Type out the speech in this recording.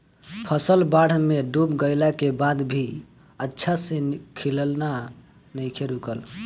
फसल बाढ़ में डूब गइला के बाद भी अच्छा से खिलना नइखे रुकल